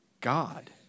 God